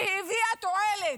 שהביאה תועלת.